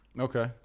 Okay